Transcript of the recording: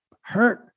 hurt